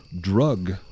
drug